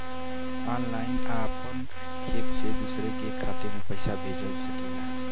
online आपन खाते से दूसर के खाते मे पइसा भेज सकेला